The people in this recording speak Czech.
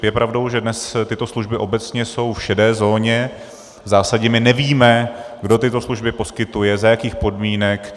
Je pravdou, že dnes tyto služby obecně jsou v šedé zóně, v zásadě nevíme, kdo tyto služby poskytuje, za jakých podmínek.